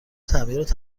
تعمیرات